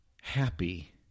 happy